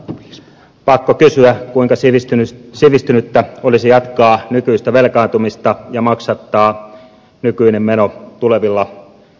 on pakko kysyä kuinka sivistynyttä olisi jatkaa nykyistä velkaantumista ja maksattaa nykyinen meno tulevilla sukupolvilla